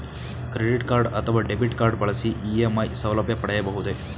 Credit card ಅಥವಾ debit card ಬಳಸಿ EMI ಸೌಲಭ್ಯ ಪಡೆಯಬಹುದೇ?